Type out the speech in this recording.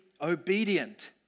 obedient